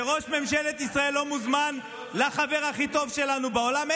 שראש ממשלת ישראל לא מוזמן לחבר הכי טוב שלנו בעולם?